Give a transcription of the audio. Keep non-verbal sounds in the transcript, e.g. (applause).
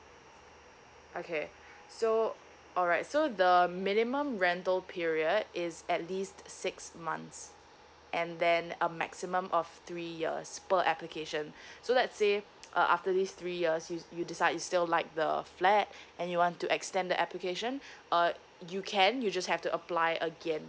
okay so alright so the minimum rental period is at least six months and then a maximum of three years per application so let's say (noise) uh after this three years you you decide you still like the flat and you want to extend the application uh you can you just have to apply again